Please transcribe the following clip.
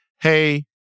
Hey